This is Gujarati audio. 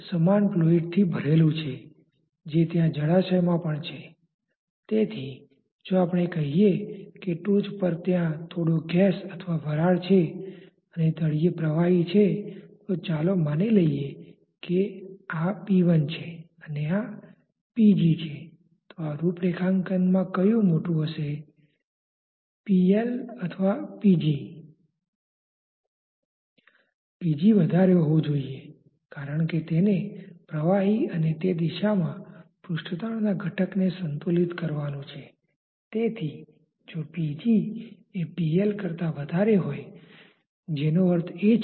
સ્નિગ્ધ અસરોને કારણે ત્યાં એક ખેંચાણ બળ છે જે ત્યાં છે અને જેને લીઘે પ્લેટ પ્રવાહી ને ધીમું કરવાનો પ્રયાસ કરે છે